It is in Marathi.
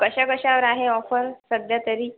कशा कशावर आहे ऑफर सध्यातरी